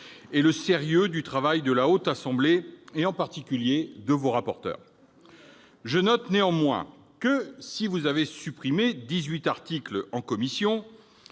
et du sérieux du travail mené par la Haute Assemblée, et plus particulièrement par les rapporteurs. Je note néanmoins que, si vous avez supprimé 18 articles en commission,